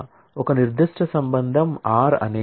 ఒక నిర్దిష్ట relation R అనేది D 1 D 2 ×